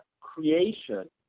creation